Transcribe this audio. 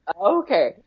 Okay